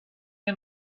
end